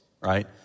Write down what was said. right